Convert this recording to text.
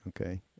Okay